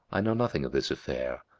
i know nothing of this affair,